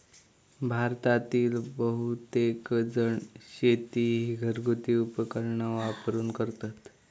भारतातील बहुतेकजण शेती ही घरगुती उपकरणा वापरून करतत